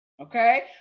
Okay